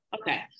Okay